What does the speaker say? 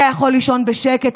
אתה יכול לישון בשקט,